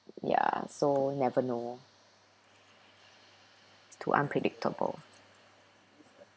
ya so never know too unpredictable